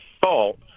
fault